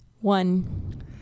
One